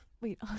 Wait